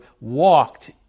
walked